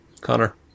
Connor